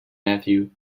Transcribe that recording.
mathew